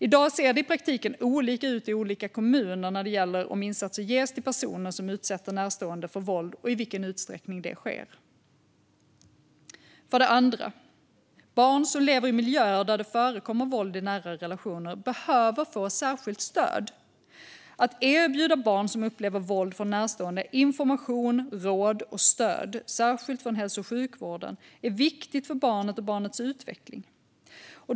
I dag ser det i praktiken olika ut i olika kommuner när det gäller om insatser ges till personer som utsätter närstående för våld och i vilken utsträckning det sker. För det andra: Barn som lever i miljöer där det förekommer våld i nära relationer behöver få särskilt stöd. Att erbjuda barn som upplever våld från närstående information, råd och stöd - särskilt från hälso och sjukvården - är viktigt för barnet och barnets utveckling.